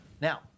Now